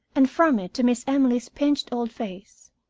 and from it to miss emily's pinched old face.